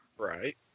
Right